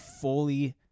fully